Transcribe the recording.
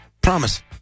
Promise